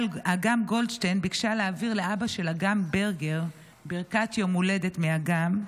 אגם גולדשטיין ביקשה להעביר לאבא של אגם ברגר ברכת יום הולדת מאגם,